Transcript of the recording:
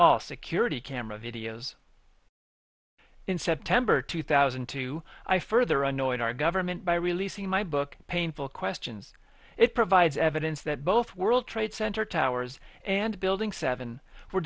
all security camera videos in september two thousand and two i further annoyed our government by releasing my book painful questions it provides evidence that both world trade center towers and building seven were